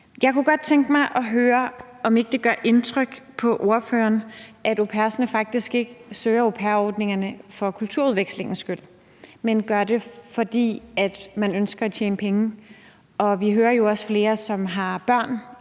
Jeg kunne godt tænke mig at høre, om ikke det gør indtryk på ordføreren, at au pairerne faktisk ikke søger au pair-ordningerne for kulturudvekslingens skyld, men gør det, fordi de ønsker at tjene penge. Vi hører jo også om flere, som har børn